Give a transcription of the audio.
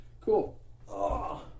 Cool